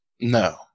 No